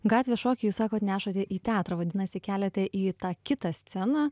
gatvės šokį jūs sakot nešate į teatrą vadinasi keliate į tą kitą sceną